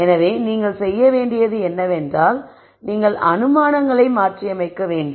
எனவே நீங்கள் செய்ய வேண்டியது என்னவென்றால் நீங்கள் அனுமானங்களை மாற்றியமைக்க வேண்டும்